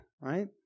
right